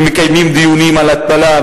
ומקיימים דיונים על התפלה.